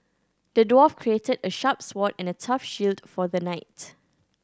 the dwarf create a sharp sword and a tough shield for the knight